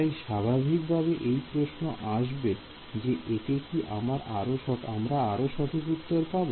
তাই স্বাভাবিকভাবে এই প্রশ্ন আসবে যে এতে কি আমরা আরও সঠিক উত্তর পাব